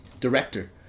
director